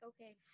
okay